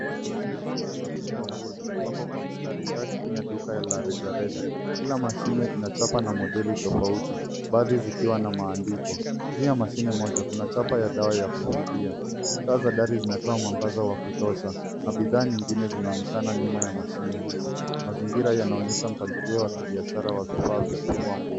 Mashine sita za kufua nguo zimepangwa kwa mstari ndani ya duka la rejareja. Kila mashine ina chapa na modeli tofauti baadhi zikiwa na maandiko. Juu ya mashine moja kuna cha ya dawa ya kufulia taa za dari zinatoa mwangaza wakutosha na bidhaa nyingine zinaonekana nyuma ya mashine hizo. Mazingira yanaonyesha mpangilio wa kibiashara wa vifaa vya kufua nguo.